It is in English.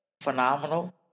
phenomenal